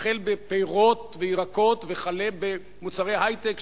החל בפירות וירקות וכלה במוצרי היי-טק,